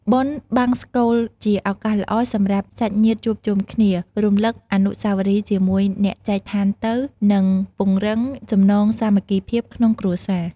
បុណ្យបង្សុកូលជាឱកាសល្អសម្រាប់សាច់ញាតិជួបជុំគ្នា រំលឹកអនុស្សាវរីយ៍ជាមួយអ្នកចែកឋានទៅ និងពង្រឹងចំណងសាមគ្គីភាពក្នុងគ្រួសារ។